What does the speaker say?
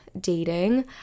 dating